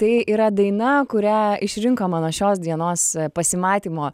tai yra daina kurią išrinko mano šios dienos pasimatymo